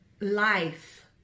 life